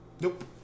Nope